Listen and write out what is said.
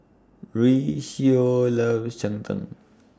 Rocio loves Cheng Tng